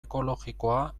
ekologikoa